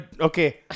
Okay